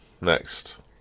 Next